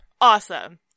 Awesome